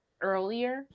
earlier